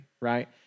right